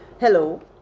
Hello